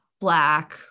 black